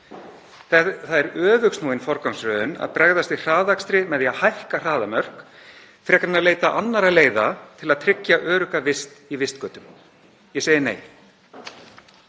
Það er öfugsnúin forgangsröðun að bregðast við hraðakstri með því að hækka hraðamörk frekar en að leita annarra leiða til að tryggja örugga vist í vistgötum. Ég segi nei.